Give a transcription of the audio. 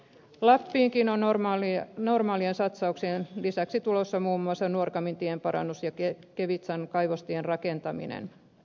lappiinkin on normaalien satsauksien lisäksi tulossa muun muassa nuorgamin tien parannus ja kevitsan kaivostien rakentaminen